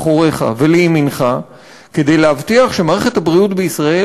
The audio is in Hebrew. מאחוריך ולימינך כדי להבטיח שמערכת הבריאות בישראל,